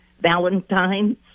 Valentines